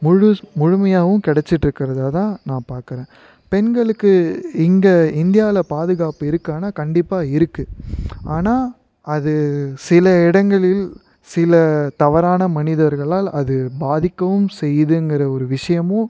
முழு முழுமையாகவும் கிடச்சிட்ருக்குறதா தான் நான் பார்க்குறேன் பெண்களுக்கு இங்கே இந்தியாவில் பாதுகாப்பு இருக்கானா கண்டிப்பாக இருக்குது ஆனால் அது சில இடங்களில் சில தவறான மனிதர்களால் அது பாதிக்கவும் செய்யுதுங்கிற ஒரு விஷயமும்